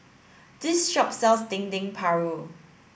this shop sells Dendeng Paru